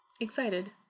Excited